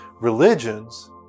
religions